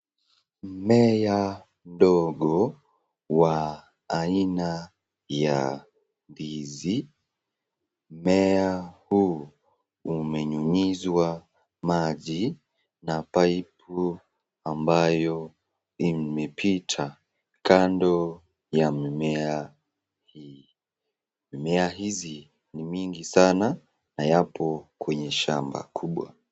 Mmea ndogo ya aina ya ndizi, mmea huu umenyunyizwa maji na paipu ambayo imepita kando ya mmea hii, mimea hizi ni mingi sana na yapo kwenye shamba kubwa.